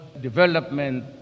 development